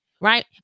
right